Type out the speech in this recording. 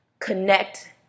connect